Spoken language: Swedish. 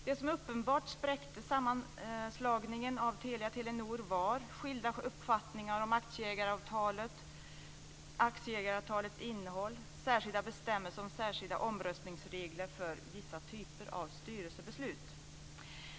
Det som uppenbart spräckte sammanslagningen av Telia-Telenor var skilda uppfattningar om aktieägaravtalet, aktieägaravtalets innehåll och särskilda bestämmelser om särskilda omröstningsregler för vissa typer av styrelsebeslut.